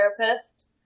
therapist